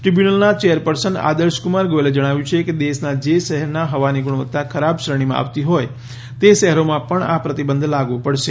દ્રીબ્યૂનલના chairperson Adarshkumar ગોયલે જણાવ્યું છે કે દેશના જે શહેરના હવાની ગુણવત્તા ખરાબ શ્રેણીમાં આવતી હોય તે શહેરોમાં પણ આ પ્રતિબંધ લાગુ પડશે